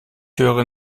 höre